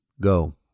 Go